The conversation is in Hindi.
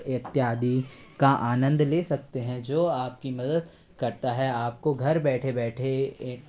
इत्यादि का आनंद ले सकते हैं जो आपकी मदद करता है आपको घर बैठे बैठे